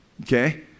okay